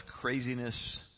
craziness